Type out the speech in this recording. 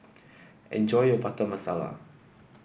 enjoy your Butter Masala